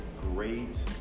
great